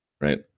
right